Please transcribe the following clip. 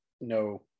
no